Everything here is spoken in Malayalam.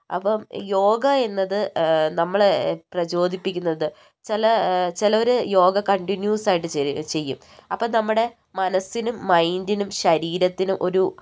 അപ്പം യോഗ എന്നത് നമ്മളെ പ്രചോദിപ്പിക്കുന്നത് ചില ചിലർ യോഗ കണ്ടിന്യൂസ് ആയിട്ട് ചെയ്യും അപ്പം നമ്മുടെ മനസ്സിനും മൈൻ്റിനും ശരീരത്തിനും ഒരു